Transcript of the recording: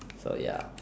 so ya